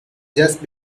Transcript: just